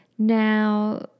Now